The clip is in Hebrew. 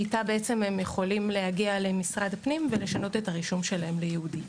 שאיתה בעצם הם יכולים להגיע למשרד הפנים ולשנות את הרישום שלהם ליהודי.